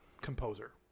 composer